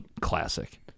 classic